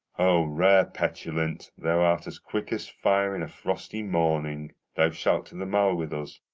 o rare petulant, thou art as quick as fire in a frosty morning thou shalt to the mall with us,